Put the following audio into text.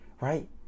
right